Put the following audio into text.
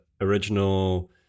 original